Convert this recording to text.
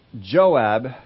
Joab